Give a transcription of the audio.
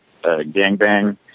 gangbang